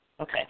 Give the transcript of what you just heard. Okay